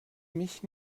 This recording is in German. mich